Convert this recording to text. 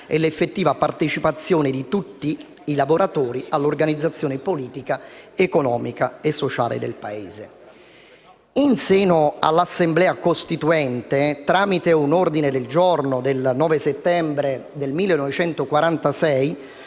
e l'effettiva partecipazione di tutti i lavoratori all'organizzazione politica, economica e sociale del Paese»). In seno all'Assemblea Costituente, tramite un ordine del giorno del 9 settembre del 1946,